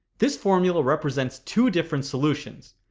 this formula represents two different solutions.